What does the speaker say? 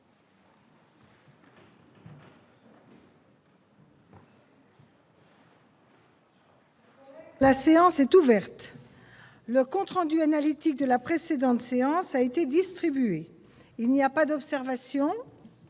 La séance est ouverte.. Le compte rendu analytique de la précédente séance a été distribué. Il n'y a pas d'observation